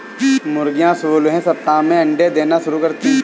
मुर्गियां सोलहवें सप्ताह से अंडे देना शुरू करती है